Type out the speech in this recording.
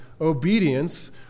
obedience